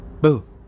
Boo